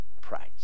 price